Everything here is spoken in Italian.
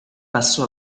passo